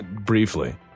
Briefly